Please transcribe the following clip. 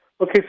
Okay